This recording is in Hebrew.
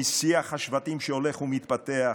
משיח השבטים שהולך ומתפתח,